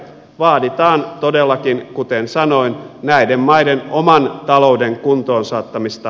vaaditaan todellakin kuten sanoin näiden maiden oman talouden kuntoon saattamista